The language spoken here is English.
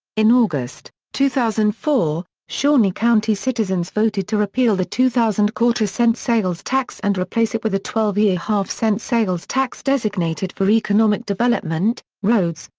in august, two thousand and four, shawnee county citizens voted to repeal the two thousand quarter-cent sales tax and replace it with a twelve year half-cent sales tax designated for economic development, roads,